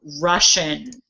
Russian